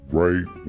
right